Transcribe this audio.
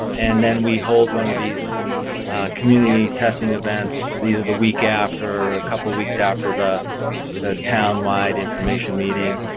and then we hold one of these community testing events the the week after or a couple of weeks after the the town wide information meeting.